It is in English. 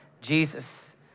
Jesus